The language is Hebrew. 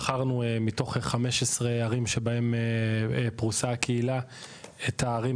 בחרנו מתוך חמש עשרה הערים שבהן פרוסה הקהילה את הערים